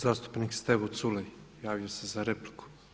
Zastupnik Stevo Culej javio se za repliku.